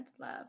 love